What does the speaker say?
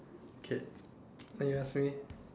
okay then you ask me